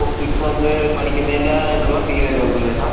ഓ six month പഠിക്കുന്നേൻ്റത് ആയിട്ട് ഉള്ള ഫീ വരുന്നുണ്ട് അല്ലേ സാർ